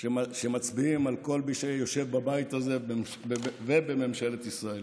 שמצביעות על כל מי שיושב בבית הזה ובממשלת ישראל.